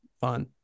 fun